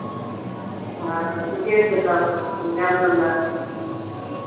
हँ ठीके छै तऽ जायब तब लऽ कऽ